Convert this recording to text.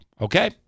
okay